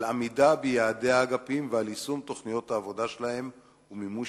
על עמידה ביעדי האגפים ועל יישום תוכניות העבודה שלהם ומימוש